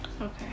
Okay